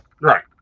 Right